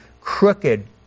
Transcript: crooked